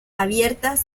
abiertas